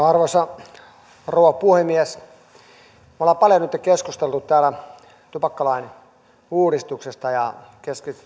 arvoisa rouva puhemies me olemme paljon nytten keskustelleet täällä tupakkalain uudistuksesta ja